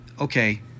okay